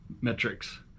metrics